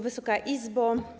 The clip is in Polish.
Wysoka Izbo!